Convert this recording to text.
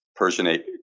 Persianate